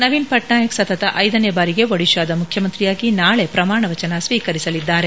ನವೀನ್ ಪಣ್ನಾಯಕ್ ಸತತ ಐದನೇ ಬಾರಿಗೆ ಒಡಿಶಾದ ಮುಖ್ಯಮಂತ್ರಿಯಾಗಿ ನಾಳೆ ಪ್ರಮಾಣವಚನ ಸ್ವೀಕರಿಸಲಿದ್ದಾರೆ